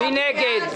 -- מי נגד?